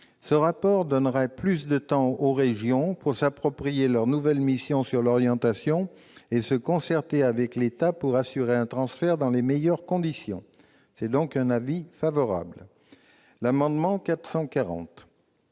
Ce report donnera plus de temps aux régions pour s'approprier leurs nouvelles missions sur l'orientation et se concerter avec l'État pour assurer un transfert dans les meilleures conditions. Je suis donc favorable aux amendements